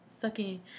sucking